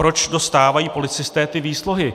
Proč dostávají policisté ty výsluhy?